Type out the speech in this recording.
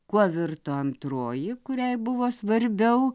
kuo virto antroji kuriai buvo svarbiau